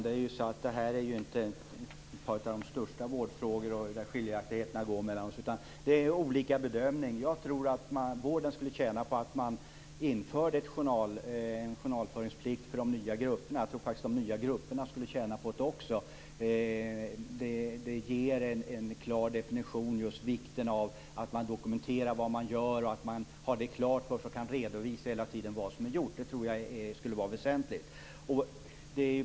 Fru talman! Detta är ju inte en av de största vårdfrågorna där skiljaktigheten mellan oss går. Det är fråga om olika bedömning. Jag tror att vården skulle tjäna på att man införde en journalföringsplikt för de nya grupperna. Jag tror att också de nya grupperna skulle tjäna på det. Det ger en klar indikation på vikten av att man dokumenterar vad man gör, att man har det klart för sig och att man hela tiden kan visa vad som är gjort. Jag tror att detta skulle vara av väsentlig betydelse.